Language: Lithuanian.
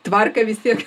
tvarka vis tiek